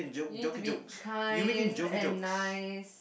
you need to be kind and nice